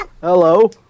Hello